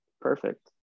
Perfect